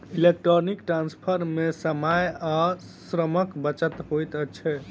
electronic transfer मे समय आ श्रमक बचत होइत छै